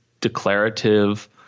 declarative